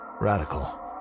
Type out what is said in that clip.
Radical